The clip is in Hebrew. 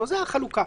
זאת החלוקה.